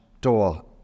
door